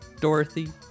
Dorothy